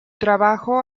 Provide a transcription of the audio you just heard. trabajo